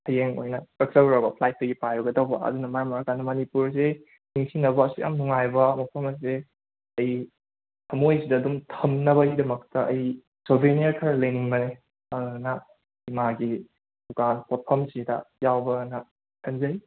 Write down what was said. ꯍꯌꯦꯡ ꯑꯣꯏꯅ ꯀꯛꯆꯔꯨꯔꯕ ꯐ꯭ꯂꯥꯏꯠꯁꯦ ꯄꯥꯏꯒꯗꯧꯕ ꯑꯗꯨꯅ ꯃꯔꯝ ꯑꯣꯏꯔꯀꯥꯟꯗ ꯃꯅꯤꯄꯨꯔꯁꯤ ꯅꯤꯡꯁꯤꯡꯅꯕ ꯑꯁꯨꯛ ꯌꯥꯝ ꯅꯨꯡꯉꯥꯏꯕ ꯃꯐꯝ ꯑꯁꯦ ꯑꯩ ꯊꯃꯣꯏꯁꯤꯗ ꯑꯗꯨꯝ ꯊꯝꯅꯕꯒꯤꯗꯃꯛꯇ ꯑꯩ ꯁꯣꯕꯦꯅꯤꯌꯔ ꯈꯔ ꯂꯩꯅꯤꯡꯕꯅꯦ ꯑꯗꯨꯗꯨꯅ ꯏꯃꯥꯒꯤ ꯗꯨꯀꯥꯟ ꯄꯣꯠꯐꯝꯁꯤꯗ ꯌꯥꯎꯕ꯭ꯔꯅ ꯈꯟꯖꯩ